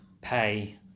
pay